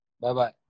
Bye-bye